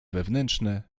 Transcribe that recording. wewnętrzne